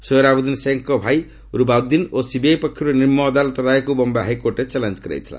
ଶୋହରାବୁଦ୍ଦିନ୍ ଶେଖ୍ଙ୍କ ଭାଇ ରୁବାବୁଦ୍ଦିନ ଓ ସିବିଆଇ ପକ୍ଷରୁ ନିମ୍ନ ଅଦାଲତର ରାୟକୁ ବମ୍ବେ ହାଇକୋର୍ଟରେ ଚାଲେଞ୍ଜ କରାଯାଇଥିଲା